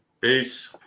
Peace